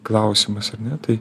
klausimas ar ne tai